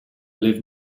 live